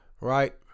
Right